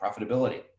profitability